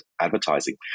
advertising